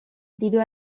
diru